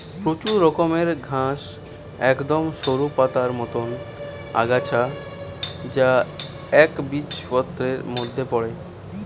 প্রচুর রকমের ঘাস একদম সরু পাতার মতন আগাছা যা একবীজপত্রীর মধ্যে পড়ে